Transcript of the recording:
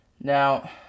Now